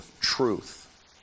truth